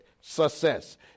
success